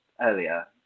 earlier